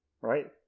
Right